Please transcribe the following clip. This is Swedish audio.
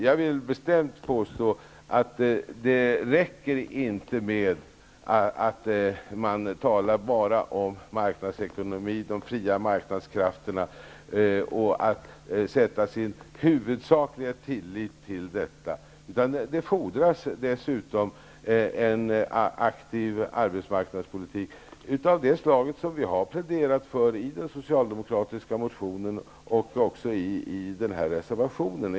Jag vill bestämt påstå att det inte räcker att man bara talar om marknadsekonomi och de fria marknadskrafterna och att man sätter sin huvudsakliga tillit till detta. Det fordras dessutom en aktiv arbetsmarknadspolitik av det slag som vi har pläderat för i den socialdemokratiska motionen och även i en reservation.